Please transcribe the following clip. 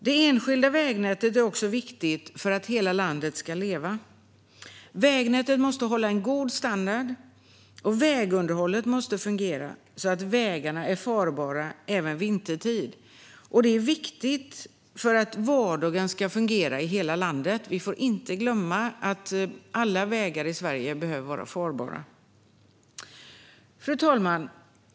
Det enskilda vägnätet är också viktigt för att hela landet ska leva. Vägnätet måste hålla en god standard, och vägunderhållet måste fungera så att vägarna är farbara även vintertid. Detta är viktigt för att vardagen ska fungera i hela landet. Vi får inte glömma att alla vägar i Sverige behöver vara farbara. Fru talman!